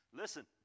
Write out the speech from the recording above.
Listen